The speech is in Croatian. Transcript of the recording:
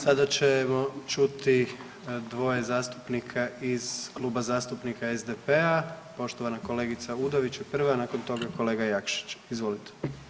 Sada ćemo čuti dvoje zastupnika iz Kluba zastupnika SDP-a, poštovana kolegica Udović je prva, nakon toga kolega Jakšić, izvolite.